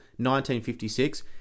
1956